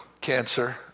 cancer